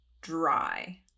dry